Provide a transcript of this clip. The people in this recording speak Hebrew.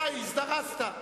אתה הזדרזת.